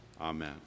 Amen